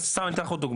סתם אני נותן לך דוגמא,